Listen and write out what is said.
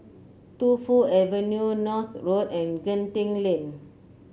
Tu Fu Avenue North Road and Genting Lane